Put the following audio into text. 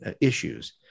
issues